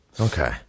okay